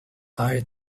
eye